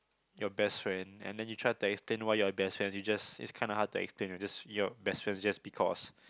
your best friend and then you try to explain why you're best friends you just it's kinda hard to explain you're best friends just because